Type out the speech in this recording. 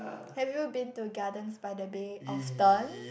have you been to Gardens-by-the-Bay often